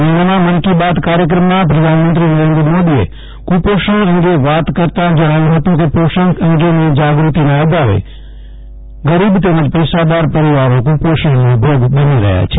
ગયા મહિનામાં મન કી બાત કાર્યક્રમમાં પ્રધાનમંત્રી નરેન્દ્ર મોદીએ કુપોષણ અંગે વાત કરતા જણાવ્યુ હતું કે પોષણ અંગેની જાગૃતિના અભાવના કારણે ગરીબ તેમજ પૈસાદાર પરિવારો કુપોષણનો ભોગ બની રહ્યા છે